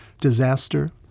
disaster